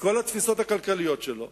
מכל התפיסות הכלכליות שלו.